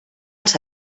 als